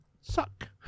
suck